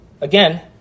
Again